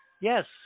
Yes